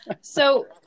So-